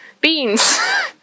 Beans